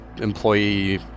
employee